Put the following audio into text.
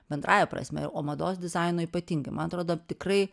bendrąja prasme mados dizaino ypatingai man atrodo tikrai